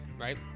right